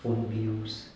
phone bills